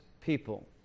people